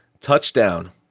Touchdown